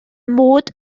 mod